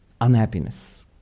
unhappiness